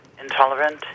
intolerant